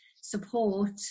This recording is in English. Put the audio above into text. support